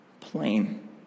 plain